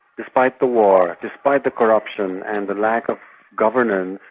despite the war, despite the corruption and the lack of governance,